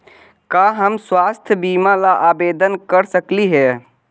का हम स्वास्थ्य बीमा ला आवेदन कर सकली हे?